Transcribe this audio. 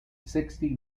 sixty